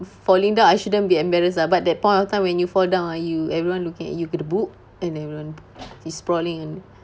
falling down I shouldn't be embarrassed lah but that point of time when you fall down ah you everyone looking at you with the book and everyone is sprawling and